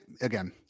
again